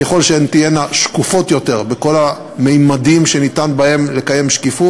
ככל שהן תהיינה שקופות יותר בכל הממדים שניתן לקיים בהם שקיפות,